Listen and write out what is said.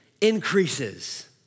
increases